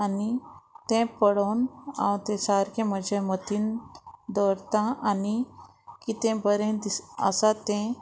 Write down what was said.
आनी तें पळोवन हांव तें सारकें म्हजे मतीन दवरतां आनी कितें बरें दीस आसा तें